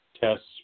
tests